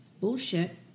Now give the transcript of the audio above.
bullshit